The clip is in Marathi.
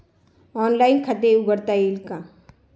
ऑनलाइन खाते उघडता येईल का?